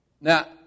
Now